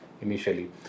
initially